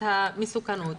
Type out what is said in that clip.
עוד יותר את המסוכנות.